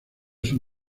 sus